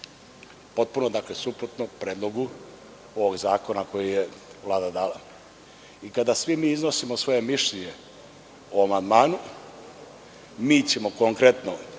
potpuno suprotno Predlogu ovog zakona koji je Vlada dala. Kada svi mi iznosimo svoje mišljenje o amandmanu, mi ćemo konkretno